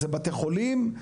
זה בתי חולים,